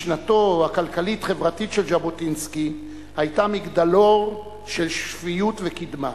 משנתו הכלכלית-חברתית של ז'בוטינסקי היתה מגדלור של שפיות וקדמה.